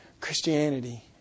Christianity